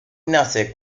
nace